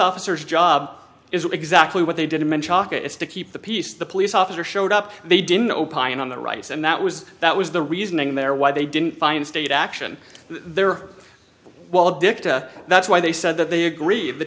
officers job is exactly what they did it is to keep the peace the police officer showed up they didn't opine on the rights and that was that was the reasoning there why they didn't find state action there well dicta that's why they said that they agreed the